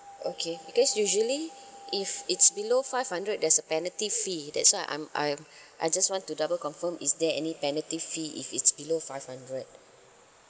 okay because usually if it's below five hundred there's a penalty fee that's why I'm I'm I just want to double confirm is there any penalty fee if it's below five hundred